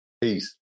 peace